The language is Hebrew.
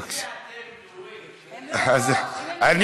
מי זה אתם, נורית?